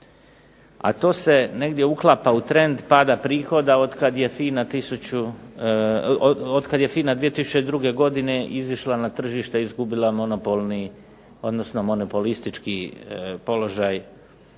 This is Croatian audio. a to se negdje uklapa u trend pada prihoda otkad je FINA 2002. godine izišla na tržište i izgubila monopolni, odnosno